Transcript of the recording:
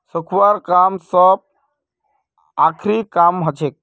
सुखव्वार काम सबस आखरी काम हछेक